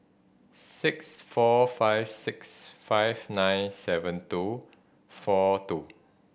six four five six five nine seven two four two